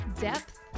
depth